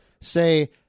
say